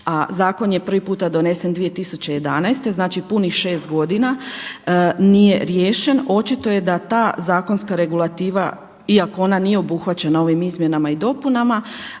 zakon je prvi puta donesen 2011. znači punih šest godina nije riješen očito je da ta zakonska regulativa iako ona nije obuhvaćena ovim izmjenama i dopunama